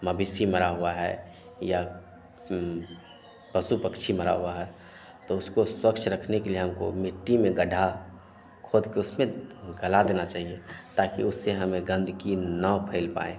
मवेशी मरा हुआ है या पशु पक्षी मरा हुआ है तो उसको स्वच्छ रखने के लिए हमको मिट्टी में गढ़ा खोदकर उसमें गला देना चाहिए ताकि उससे हमें गंदगी ना फैल पाए